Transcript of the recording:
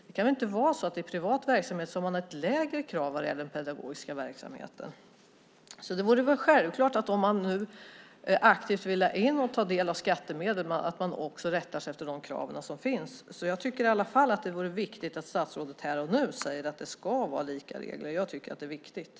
Det kan inte vara så att privat verksamhet ska ha lägre krav vad gäller den pedagogiska verksamheten. Om man nu aktivt vill ha in och ta del av skattemedel vore det väl självklart att man också rättar sig efter de krav som finns, så jag tycker i alla fall att det är viktigt att statsrådet här och nu säger att det ska vara lika regler. Jag tycker att det är viktigt.